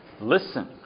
listen